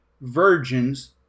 virgins